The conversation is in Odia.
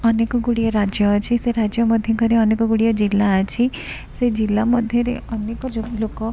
ଅନେକ ଗୁଡ଼ିଏ ରାଜ୍ୟ ଅଛି ସେ ରାଜ୍ୟ ମଧ୍ୟଙ୍କରେ ଅନେକ ଗୁଡ଼ିଏ ଜିଲ୍ଲା ଅଛି ସେ ଜିଲ୍ଲା ମଧ୍ୟରେ ଅନେକ ଲୋକ